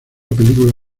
película